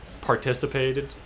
participated